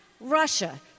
Russia